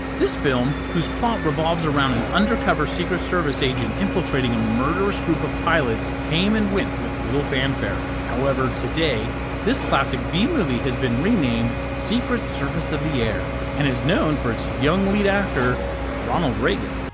this film, whose plot revolves around an undercover secret service agent infiltrating a murderous group of pilots, came and went with little fanfare. however, today this classic b-movie has been renamed secret service of the air, air, and is known for its young lead actor ronald reagan!